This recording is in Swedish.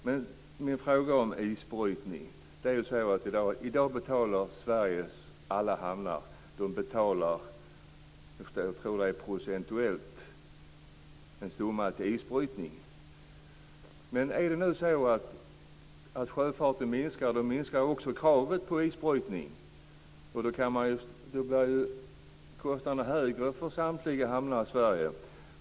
Jag har en fråga om isbrytning. I dag betalar Sveriges alla hamnar en summa - jag tror att det är procentuellt - till isbrytning. Men om sjöfarten minskar, minskar ju också kravet på isbrytning. Då blir kostnaderna högre för samtliga hamnar i Sverige.